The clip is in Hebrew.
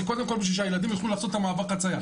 זה קודם כל זה בשביל שהילדים יוכלו לחצות את מעבר החצייה.